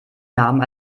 namen